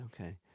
Okay